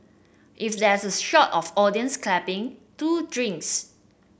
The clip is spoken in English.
if there's a shot of audience clapping two drinks